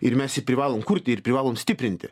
ir mes privalom kurti ir privalom stiprinti